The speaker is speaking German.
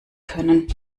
können